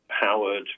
Howard